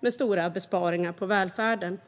med stora besparingar på välfärden.